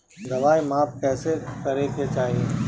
दवाई माप कैसे करेके चाही?